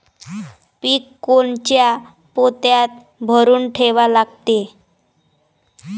पीक कोनच्या पोत्यात भरून ठेवा लागते?